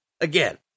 again